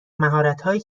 مهارتهایی